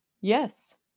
yes